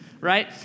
right